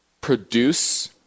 produce